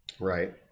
Right